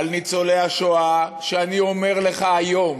על ניצולי השואה, שאני אומר לך היום